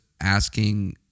asking